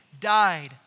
died